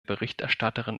berichterstatterin